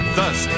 Thus